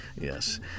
Yes